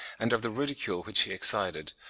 and of the ridicule which he excited,